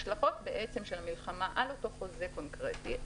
ההשלכות של המלחמה על אותו חוזה קונקרטי,